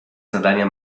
zadania